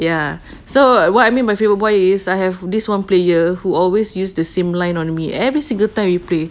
ya so what I mean my favourite buaya is I have this one player who always use the same line on me every single time we play